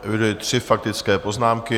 Eviduji tři faktické poznámky.